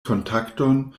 kontakton